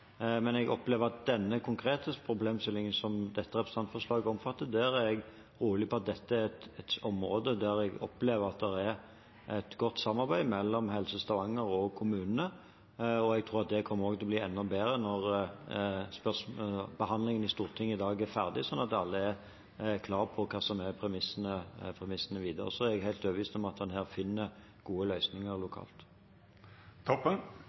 konkrete problemstillingen som dette representantforslaget omfatter, er jeg rolig på at dette er et område der jeg opplever at det er et godt samarbeid mellom Helse Stavanger og kommunene. Jeg tror også at det kommer til å bli enda bedre når behandlingen i Stortinget i dag er ferdig, slik at alle er klar over hva som er premissene videre. Og jeg er helt overbevist om at en her finner gode løsninger